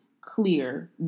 clear